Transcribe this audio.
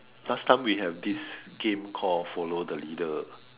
last time we have this game called follow the leader